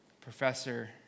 Professor